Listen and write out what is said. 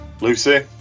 Lucy